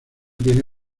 tiene